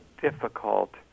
difficult